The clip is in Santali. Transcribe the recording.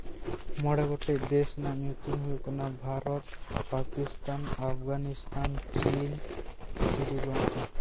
ᱢᱚᱬᱮ ᱜᱚᱴᱮᱱ ᱫᱤᱥᱚᱢ ᱨᱮᱱᱟᱜ ᱧᱩᱛᱩᱢ ᱦᱩᱭᱩᱜ ᱠᱟᱱᱟ ᱵᱷᱟᱨᱚᱛ ᱯᱟᱠᱤᱥᱛᱟᱱ ᱟᱯᱷᱜᱟᱱᱤᱥᱛᱟᱱ ᱪᱤᱱ ᱥᱨᱤᱞᱚᱝᱠᱟ